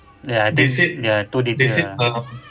ya they they are too detailed ah